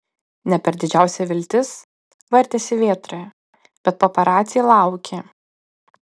ne per didžiausia viltis vartėsi vėtroje bet paparaciai laukė